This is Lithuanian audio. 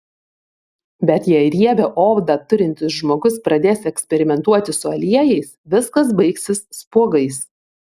bet jei riebią odą turintis žmogus pradės eksperimentuoti su aliejais viskas baigsis spuogais